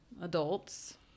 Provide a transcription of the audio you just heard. adults